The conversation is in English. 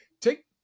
take